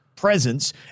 presence